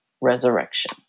resurrection